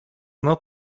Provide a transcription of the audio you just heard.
not